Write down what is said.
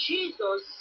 Jesus